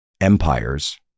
empires